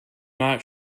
not